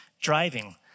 driving